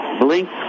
blink